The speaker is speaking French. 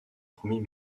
premier